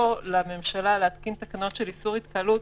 לממשלה להתקין תקנות של איסור התקהלות,